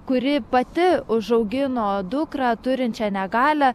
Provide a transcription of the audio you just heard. kuri pati užaugino dukrą turinčią negalią